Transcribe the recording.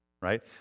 right